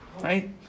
right